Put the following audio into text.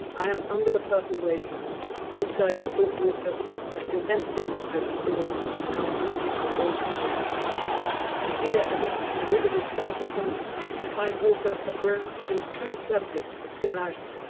i am under the purple wave now inside the salt water that condenses out of thought and comes weeping from all humans and here at its invisible starting point i find water ah offering and two services of similarity